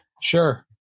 Sure